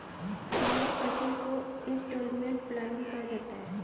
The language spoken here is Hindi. हायर परचेस को इन्सटॉलमेंट प्लान भी कहा जाता है